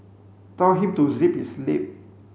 tell him to zip his lip